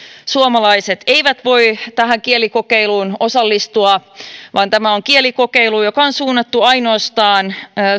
suomalaiset eivät voi tähän kielikokeiluun osallistua vaan tämä on kielikokeilu joka on suunnattu ainoastaan